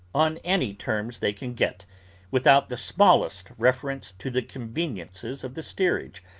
on any terms they can get without the smallest reference to the conveniences of the steerage,